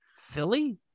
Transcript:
Philly